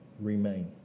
remain